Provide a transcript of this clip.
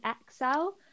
Excel